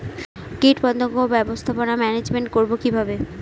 কীটপতঙ্গ ব্যবস্থাপনা ম্যানেজমেন্ট করব কিভাবে?